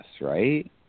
right